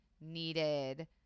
needed